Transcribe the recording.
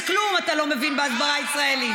אתה לא מבין בהסברה ישראלית.